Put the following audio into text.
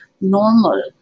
normal